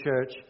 church